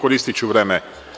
Koristiću vreme.